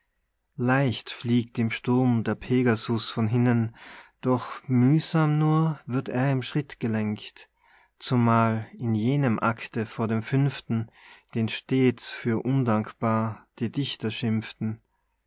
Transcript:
leicht fliegt im sturm der pegasus von hinnen doch mühsam nur wird er im schritt gelenkt zumal in jenem acte vor dem fünften den stets für undankbar die dichter schimpften